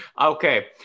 Okay